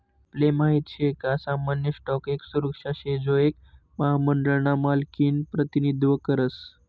आपले माहित शे का सामान्य स्टॉक एक सुरक्षा शे जो एक महामंडळ ना मालकिनं प्रतिनिधित्व करस